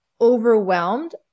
overwhelmed